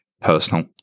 personal